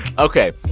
ok.